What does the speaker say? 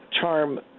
charm